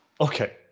Okay